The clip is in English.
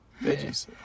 Veggies